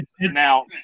Now